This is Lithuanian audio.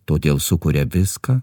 todėl sukuria viską